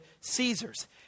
Caesar's